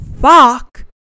fuck